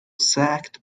sacked